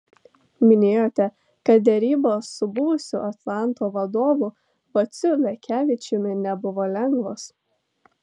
minėjote kad derybos su buvusiu atlanto vadovu vaciu lekevičiumi nebuvo lengvos